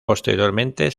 posteriormente